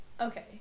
Okay